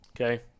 Okay